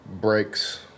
breaks